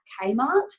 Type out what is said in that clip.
Kmart